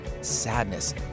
sadness